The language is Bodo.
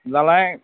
दालाय